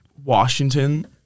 Washington